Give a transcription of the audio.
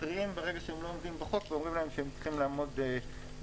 מתריעים ברגע שהם לא עומדים בחוק ואומרים להם שהם צריכים לעמוד בחוק.